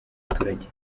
baturage